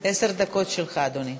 עשר דקות שלך, אדוני.